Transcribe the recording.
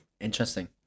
Interesting